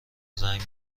زنگ